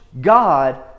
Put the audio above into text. God